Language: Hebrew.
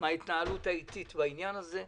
מן ההתנהלות האטית בעניין הזה.